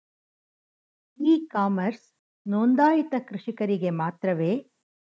E commerce ನೊಂದಾಯಿತ ಕೃಷಿಕರಿಗೆ ಮಾತ್ರವೇ?